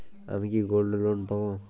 আমি কি gold loan পাবো?